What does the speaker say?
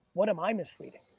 what am i misreading?